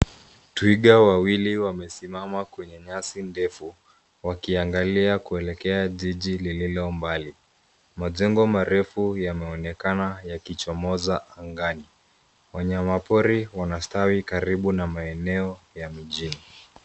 Twiga wawili wamesimama kwenye nyasi ndefu wakiangalia kuelekea jiji lililo mbali. Majengo marefu yanaonekana yakichimoza angani. Wanyama pori wanastawi karibu na maeneo ya mijini.